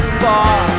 far